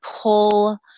pull